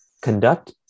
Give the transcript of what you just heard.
conduct